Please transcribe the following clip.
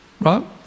right